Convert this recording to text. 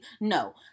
No